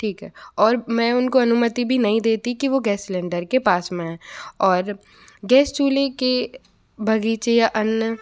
ठीक है और मैं उनको अनुमति भी नहीं देती कि वो गैस सिलेंडर के पास में आएँ और गैस चूल्हे के बगीचे या अन्य